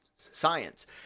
science